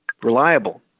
reliable